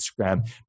Instagram